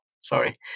sorry